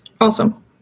awesome